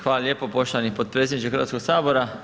Hvala lijepo poštovani potpredsjedniče Hrvatskog sabora.